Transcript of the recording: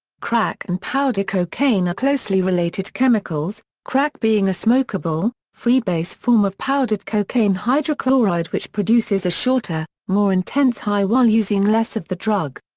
crack and powder cocaine are closely related chemicals, crack being a smokeable, freebase form of powdered cocaine hydrochloride which produces a shorter, more intense high while using less of the drug.